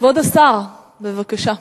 כבוד השר, בבקשה.